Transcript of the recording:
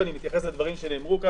ואני מתייחס לדברים שנאמרו פה